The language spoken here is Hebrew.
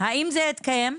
האם זה התקיים?